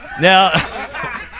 Now